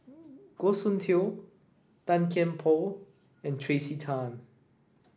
Goh Soon Tioe Tan Kian Por and Tracey Tan